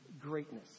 greatness